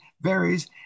varies